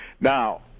Now